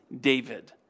David